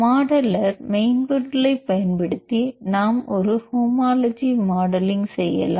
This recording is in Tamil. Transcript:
மாடலர் மென்பொருளைப் பயன்படுத்தி நாம் ஒரு ஹோமோலஜி மாடலிங் செய்யலாம்